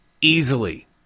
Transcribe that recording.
easily